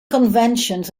conventions